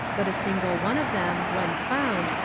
but a single one of them, when found,